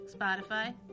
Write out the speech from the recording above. Spotify